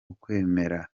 ukwemera